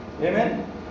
Amen